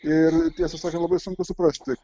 ir tiesą sakant labai sunku suprasti